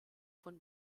von